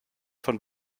von